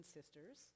Sisters